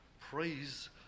praise